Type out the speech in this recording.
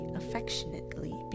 affectionately